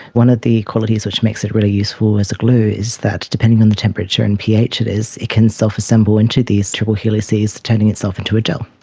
one of the qualities that makes it really useful as a glue is that depending on the temperature and ph it is it can self-assemble into these triple helixes, turning itself into a gel.